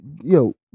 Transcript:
yo